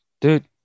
Dude